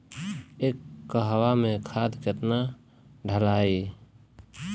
एक कहवा मे खाद केतना ढालाई?